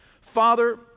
Father